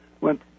went